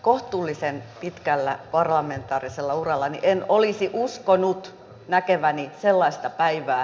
kohtuullisen pitkällä parlamentaarisella urallani en olisi uskonut näkeväni sellaista päivää